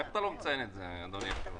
איך אתה לא מציין את זה, אדוני היושב-ראש?